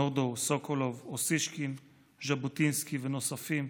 נורדאו, סוקולוב, אוסישקין, ז'בוטינסקי ונוספים.